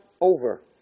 over